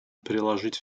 приложить